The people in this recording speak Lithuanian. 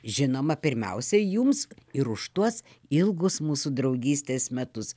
žinoma pirmiausia jums ir už tuos ilgus mūsų draugystės metus